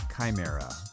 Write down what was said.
Chimera